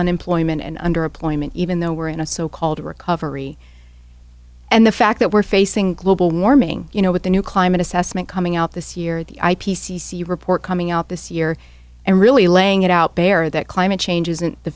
unemployment and underemployment even though we're in a so called recovery and the fact that we're facing global warming you know with the new climate assessment coming out this year the i p c c report coming out this year and really laying it out bare that climate change isn't the